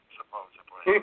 supposedly